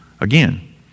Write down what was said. again